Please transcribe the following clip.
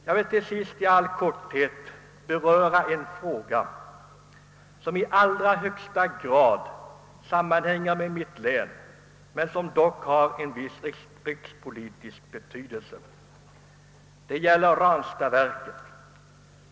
Jag vill till sist i all korthet ta upp en fråga som i högsta grad berör mitt län men som ändå har en viss rikspolitisk betydelse, nämligen frågan om Ranstadsverket.